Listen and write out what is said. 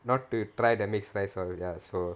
not to try the mixed rice stall ya so